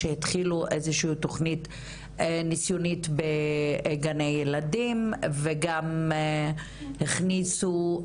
שהתחילו איזושהי תכנית ניסיונית בגני ילדים וגם הכניסו,